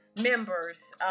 members